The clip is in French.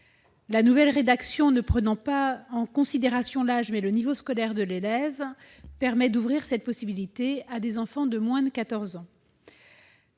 La nouvelle rédaction prenant en considération non pas l'âge, mais le niveau scolaire de l'élève, elle permet d'ouvrir cette possibilité à des enfants de moins de 14 ans.